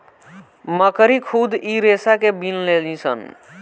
मकड़ी खुद इ रेसा के बिन लेलीसन